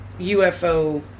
UFO